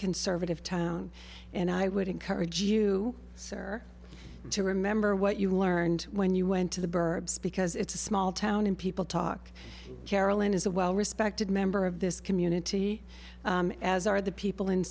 conservative town and i would encourage you sir to remember what you learned when you went to the burbs because it's a small town and people talk carolyn is a well respected member of this community as are the people in